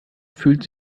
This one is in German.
fühlt